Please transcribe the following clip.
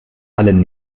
allen